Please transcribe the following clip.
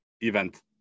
event